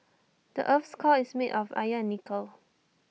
the Earth's core is made of iron and nickel